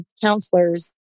counselors